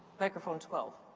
microphone twelve,